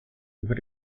über